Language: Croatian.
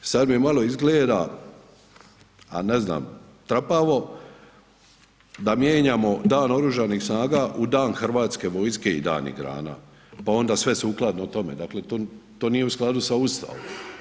Sada mi malo izgleda, a ne znam trapavo, da mijenjamo Dan oružanih snaga u dan Hrvatskoj vojske i dani grana pa onda sve sukladno tome, dakle to nije u skladu sa Ustavom.